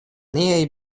niaj